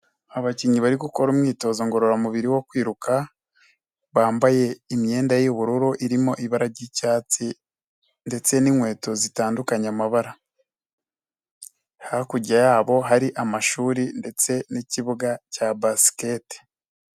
Abakinnyi bari gukora umyitozo ngororamubiri wo kwiruka bambaye imyenda y'ubururu irimo ibara ry'icyatsi ndetse n'inkweto zitandukanye amabara hakurya yabo hari amashuri ndetse n'ikibuga cya basiketi.